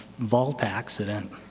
volt accident.